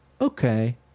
Okay